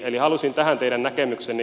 eli haluaisin tähän teidän näkemyksenne